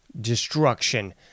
destruction